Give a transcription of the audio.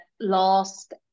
lost